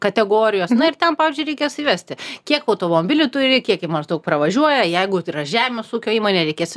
kategorijos na ir ten pavyzdžiui reikės įvesti kiek automobilių turi kiek jie maždaug pravažiuoja jeigu tai yra žemės ūkio įmonė reikės